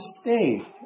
stay